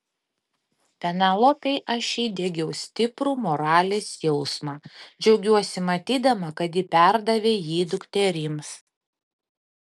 penelopei aš įdiegiau stiprų moralės jausmą džiaugiuosi matydama kad ji perdavė jį dukterims